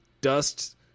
dust